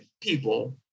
people